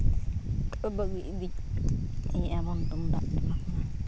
ᱵᱟᱹᱜᱤ ᱤᱫᱤᱭᱮᱫᱼᱟ ᱵᱚᱱ ᱛᱩᱢᱫᱟᱜ ᱴᱟᱢᱟᱠ